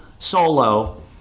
solo